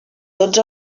tots